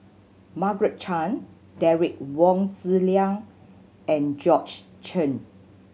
Margaret Chan Derek Wong Zi Liang and Georgette Chen